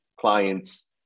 clients